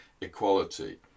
equality